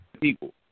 people